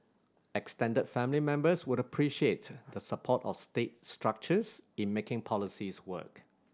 extended family members would appreciate the support of state structures in making policies work